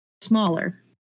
smaller